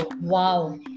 wow